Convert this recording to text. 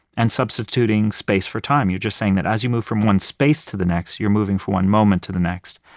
and substituting space for time. you're just saying that as you move from one space to the next, you're moving from one moment to the next.